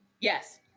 Yes